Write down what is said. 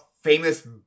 famous